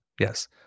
Yes